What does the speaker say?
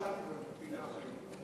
אה, השרה לנדבר בפינה.